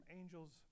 angels